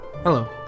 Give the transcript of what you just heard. Hello